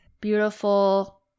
beautiful